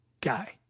guy